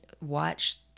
watch